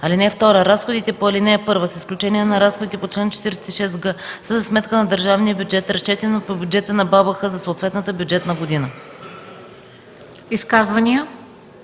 (2) Разходите по ал. 1, с изключение на разходите по чл. 46г, са за сметка на държавния бюджет, разчетени по бюджета на БАБХ за съответната бюджетна година.”